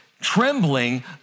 trembling